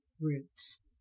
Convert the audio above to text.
roots